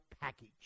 package